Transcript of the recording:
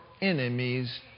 enemies